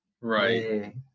Right